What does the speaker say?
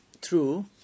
true